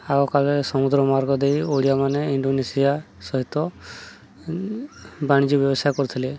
ଆଉ କାଳରେ ସମୁଦ୍ର ମାର୍ଗ ଦେଇ ଓଡ଼ିଆ ମାନେ ଇଣ୍ଡୋନେସିଆ ସହିତ ବାଣିଜ୍ୟ ବ୍ୟବସାୟ କରୁଥିଲେ